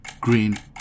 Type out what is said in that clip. Green